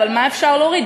אבל מה אפשר להוריד?